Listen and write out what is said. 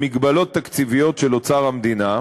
במגבלות תקציביות של אוצר המדינה,